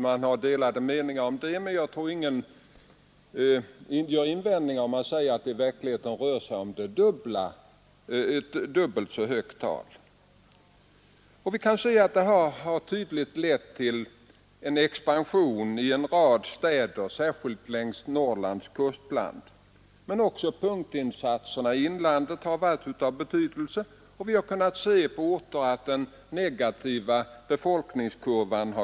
Man har delade meningar om omfattningen härav, men jag tror inte att någon gör invändningar om jag säger att det i verkligheten rör sig om ett dubbelt så högt tal. Vi kan se att detta tydligen har lett till en expansion i en rad städer, särskilt i Norrlands kustland. Men också punktinsatserna i inlandet har varit av betydelse, och vi har för orter inom detta kunnat se hur den negativa befolkningskurvan